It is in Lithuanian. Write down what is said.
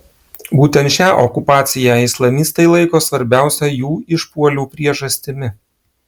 būtent šią okupaciją islamistai laiko svarbiausia jų išpuolių priežastimi